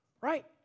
Right